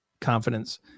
confidence